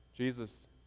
Jesus